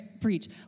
preach